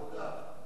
לוועדת העבודה.